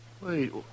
Wait